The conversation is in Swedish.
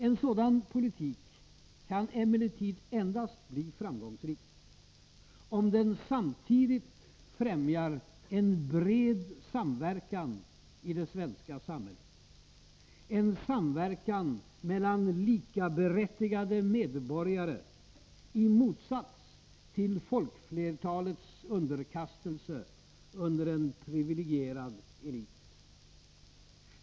En sådan politik kan emellertid endast bli framgångsrik om den samtidigt främjar en bred samverkan i det svenska samhället, en samverkan mellan likaberättigade medborgare i motsats till folkflertalets underkastelse under en privilegierad elit.